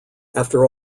after